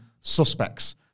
suspects